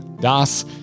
Das